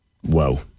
Whoa